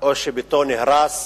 או שביתו נהרס